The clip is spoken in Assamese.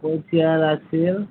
কঠিয়াৰ আছিল